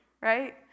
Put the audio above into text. right